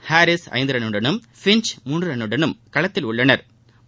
Harris ஐந்து ரன்னுடனும் Finch மூன்று ரன்னுடனும் களத்தில் உள்ளனா்